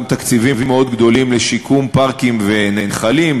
וגם תקציבים מאוד גדולים לשיקום פארקים ונחלים,